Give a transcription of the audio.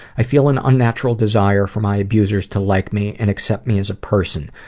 i feel an unnatural desire for my abusers to like me and accept me as a person.